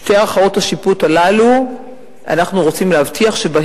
שתי ערכאות השיפוט הללו אנחנו רוצים להבטיח שלא